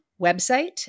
website